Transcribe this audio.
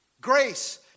grace